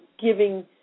giving